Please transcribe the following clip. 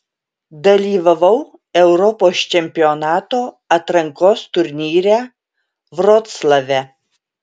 dalyvavau europos čempionato atrankos turnyre vroclave